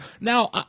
now